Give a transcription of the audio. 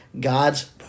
God's